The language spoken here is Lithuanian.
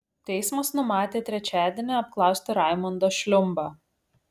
teismas numatė trečiadienį apklausti raimondą šliumbą